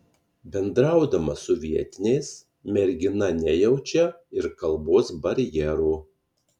bendraudama su vietiniais mergina nejaučia ir kalbos barjero